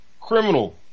criminal